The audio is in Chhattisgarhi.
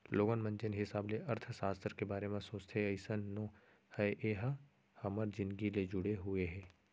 लोगन मन जेन हिसाब ले अर्थसास्त्र के बारे म सोचथे अइसन नो हय ए ह हमर जिनगी ले जुड़े हुए हे